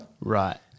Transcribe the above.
Right